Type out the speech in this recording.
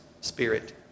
Spirit